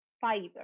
fiber